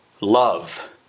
Love